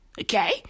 Okay